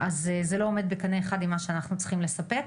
זה לא עומד בקנה אחד עם מה שאנחנו צריכים לספק.